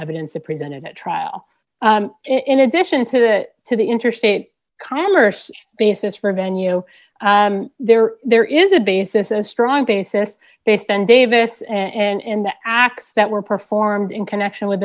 evidence presented at trial in addition to that to the interstate commerce basis for venue there there is a basis a strong basis if then davis and in the acts that were performed in connection with